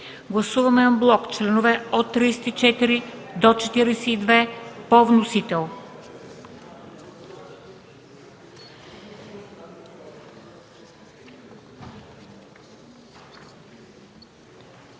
Гласуваме анблок членове от 34 до 42 по вносител.